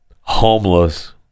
homeless